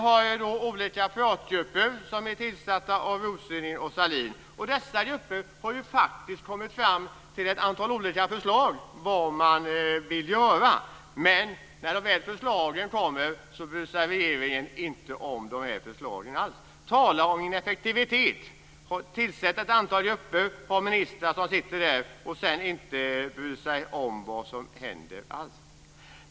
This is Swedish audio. Det finns olika pratgrupper som är tillsatta av Rosengren och Sahlin, och dessa grupper har kommit fram till ett antal olika förslag om vad man vill göra. Men när de förslagen kommer bryr sig regeringen inte alls om dem. Tala om ineffektivitet! Tillsätt ett antal grupper, och sedan sitter det ett par ministrar där som inte alls bryr sig om vad som händer.